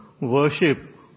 worship